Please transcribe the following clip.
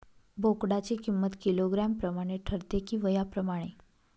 बोकडाची किंमत किलोग्रॅम प्रमाणे ठरते कि वयाप्रमाणे?